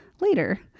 later